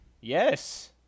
Yes